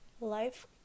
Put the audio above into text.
life